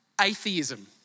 atheism